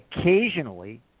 Occasionally